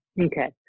Okay